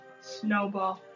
snowball